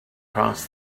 across